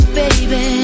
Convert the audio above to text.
baby